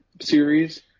series